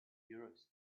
euros